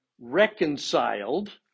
reconciled